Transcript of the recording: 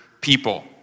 people